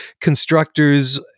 constructors